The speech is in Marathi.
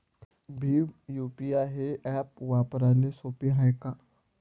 भीम यू.पी.आय हे ॲप वापराले सोपे हाय का?